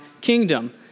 kingdom